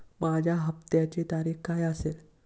माझ्या हप्त्याची तारीख काय असेल?